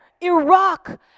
Iraq